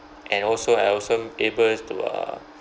and also I also able to uh